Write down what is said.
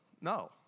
no